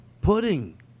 Pudding